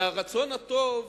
והרצון הטוב